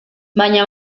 baina